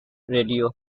radio